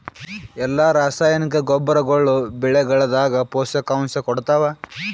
ಎಲ್ಲಾ ರಾಸಾಯನಿಕ ಗೊಬ್ಬರಗೊಳ್ಳು ಬೆಳೆಗಳದಾಗ ಪೋಷಕಾಂಶ ಕೊಡತಾವ?